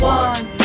one